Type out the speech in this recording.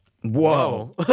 Whoa